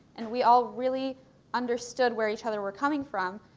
and we all really understood where each other were coming from.